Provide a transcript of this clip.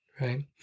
right